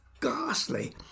ghastly